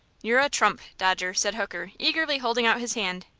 you're a trump, dodger, said hooker, eagerly holding out his hand.